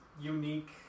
unique